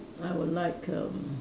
I would like erm